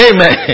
Amen